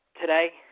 today